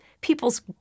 people's